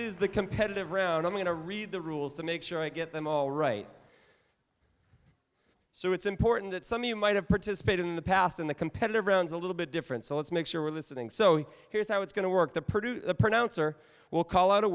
is the competitive round i'm going to read the rules to make sure i get them all right so it's important that some of you might have participated in the past in the competitive rounds a little bit different so let's make sure we're listening so here's how it's going to work to produce a pronouncer will call out